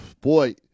Boy